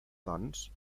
doncs